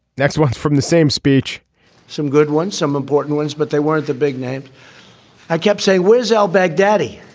next one's from the same speech some good ones some important ones but they weren't the big names i kept say was al baghdadi